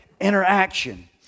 Interaction